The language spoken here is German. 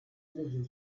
lösen